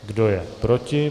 Kdo je proti?